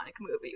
movie